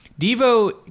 Devo